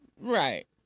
right